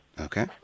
Okay